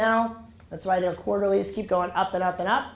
now that's why their quarterly is keep going up and up and up